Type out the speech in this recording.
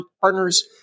partners